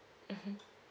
mmhmm